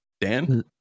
Dan